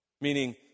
Meaning